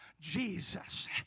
Jesus